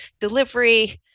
delivery